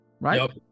Right